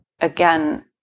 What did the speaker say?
again